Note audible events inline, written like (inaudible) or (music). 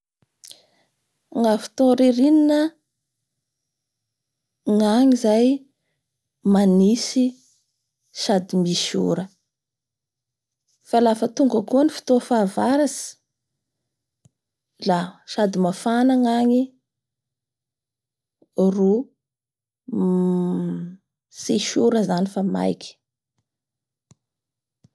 Ny amin'ny fotoan'ny ririrna ny agny zay manintsy sady misy ora fa lafa tonga koa ny fotoa fahavaratsy sady mafana ny agny ro (hesitation) tsis ora zany fa maiky.